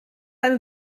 eine